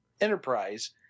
Enterprise